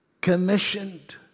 commissioned